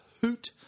hoot